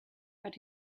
but